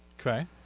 Okay